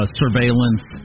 surveillance